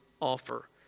offer